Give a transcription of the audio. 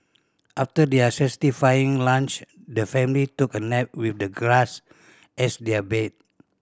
after their satisfying lunch the family took a nap with the grass as their bed